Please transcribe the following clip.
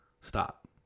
Stop